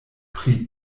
pri